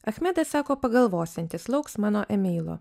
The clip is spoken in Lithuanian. achmedas sako pagalvosiantis lauks mano emeilo